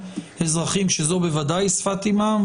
אזרחים שזו בוודאי שפת אמם,